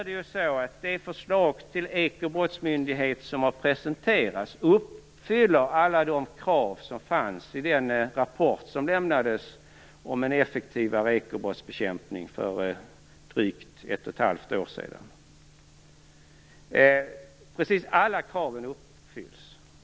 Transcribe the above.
Det förslag till ekobrottsmyndighet som har presenterats uppfyller alla de krav som fanns i den rapport som lämnades om en effektivare ekobrottsbekämpning för drygt ett och ett halvt år sedan. Precis alla kraven uppfylls.